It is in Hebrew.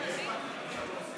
הספקתי.